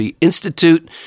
Institute